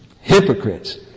hypocrites